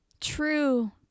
True